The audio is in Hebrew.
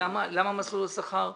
למה מסלול השכר,